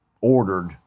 ordered